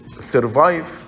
survive